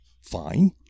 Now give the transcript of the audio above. fine